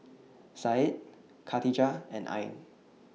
Said Khatijah and Ain